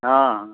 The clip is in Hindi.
हाँ